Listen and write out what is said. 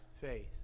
faith